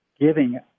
giving